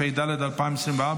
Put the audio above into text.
התשפ"ד 2024,